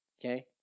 okay